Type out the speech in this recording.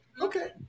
Okay